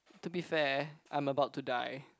to be fair I'm about to die